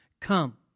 come